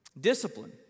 discipline